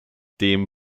dem